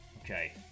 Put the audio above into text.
Okay